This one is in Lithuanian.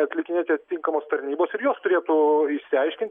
atlikinėti atitinkamos tarnybos ir jos turėtų išsiaiškinti